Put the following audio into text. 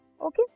Okay